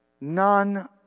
None